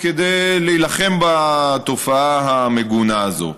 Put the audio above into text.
כדי להילחם בתופעה המגונה הזאת.